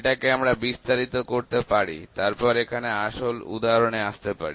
এটাকে আমরা বিস্তারিত করতে পারি তারপর এখানে আসল উদাহরণে আসতে পারি